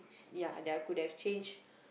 ya that I could have changed